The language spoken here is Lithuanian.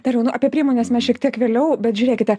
dariau nu apie priemones mes šiek tiek vėliau bet žiūrėkite